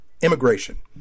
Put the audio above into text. immigration